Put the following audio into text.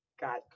got